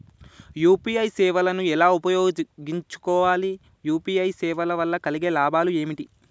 UPI సేవను ఎలా ఉపయోగించు కోవాలి? యూ.పీ.ఐ సేవల వల్ల కలిగే లాభాలు ఏమిటి?